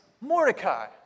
Mordecai